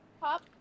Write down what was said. pop